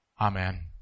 Amen